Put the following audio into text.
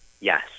Yes